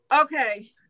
Okay